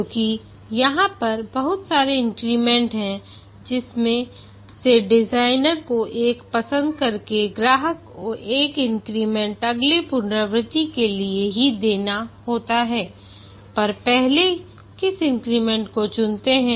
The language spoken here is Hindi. क्योंकि यहां पर बहुत सारे इन्क्रीमेंट हैं जिनमें से डिजाइनर को एक पसंद करके ग्राहक को एक इंक्रीमेंट अगले पुनरावृत्ति के लिए की देनी होती है वह पहले किस इंक्रीमेंट को चुनते है